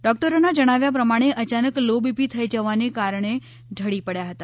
ડોક્ટરોના જણાવ્યા પ્રમાણે અચાનક લોબીપી થઈ જવાને કારણે ઢળી પડ્યા હતા